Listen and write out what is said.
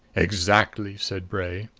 exactly, said bray.